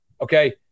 Okay